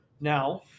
Now